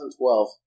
2012